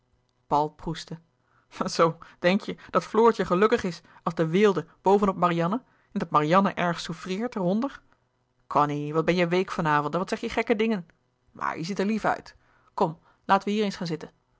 paul proestte zoo denk je dat floortje gelukkig is als de weelde boven op marianne en dat marianne erg souffreert er onder cony wat ben jij week van avond en wat zeg je gekke dingen maar je ziet er lief uit kom laten wij hier eens gaan zitten